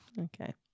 Okay